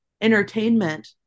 entertainment